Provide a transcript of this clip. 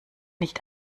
nicht